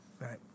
right